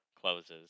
closes